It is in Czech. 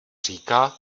říká